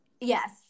yes